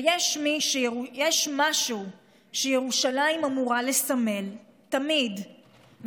ואם יש משהו שירושלים אמורה לסמל תמיד,